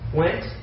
went